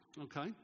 okay